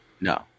No